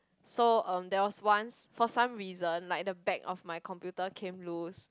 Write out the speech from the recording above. so um there was once for some reason like the back of my computer came loose